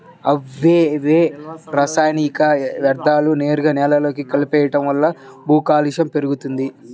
అవేవో రసాయనిక యర్థాలను నేరుగా నేలలో కలిపెయ్యడం వల్ల భూకాలుష్యం పెరిగిపోతంది